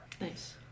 Nice